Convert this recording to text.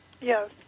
Yes